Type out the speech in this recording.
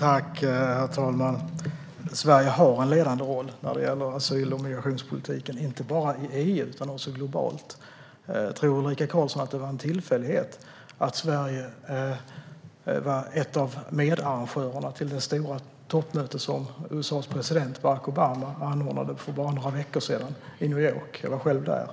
Herr talman! Sverige har en ledande roll inom asyl och migrationspolitiken, inte bara i EU utan också globalt. Tror Ulrika Karlsson att det var en tillfällighet att Sverige var en av medarrangörerna till det stora toppmöte som USA:s president Barack Obama anordnade för bara några veckor sedan i New York? Jag var själv där.